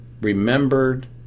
remembered